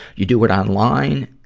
you do it online,